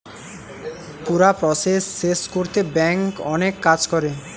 পুরা প্রসেস শেষ কোরতে ব্যাংক অনেক কাজ করে